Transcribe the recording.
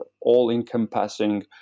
all-encompassing